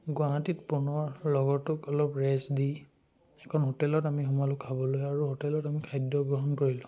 গুৱাহাটীত পুনৰ লগৰটোক অলপ ৰেষ্ট দি এখন হোটেলত আমি সোমালোঁ খাবলৈ আৰু হোটেলত আমি খাদ্য গ্ৰহণ কৰিলোঁ